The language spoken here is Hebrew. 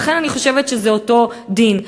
לכן, אני חושבת שזה אותו דין.